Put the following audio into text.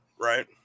right